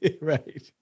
Right